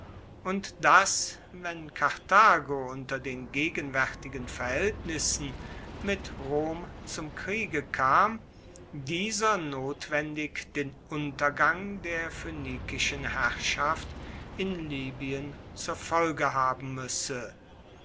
und dass wenn karthago unter den gegenwaertigen verhaeltnissen mit rom zum kriege kam dieser notwendig den untergang der phoenikischen herrschaft in libyen zur folge haben muesse